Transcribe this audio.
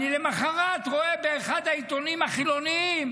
למוחרת אני רואה באחד העיתונים החילוניים